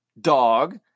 dog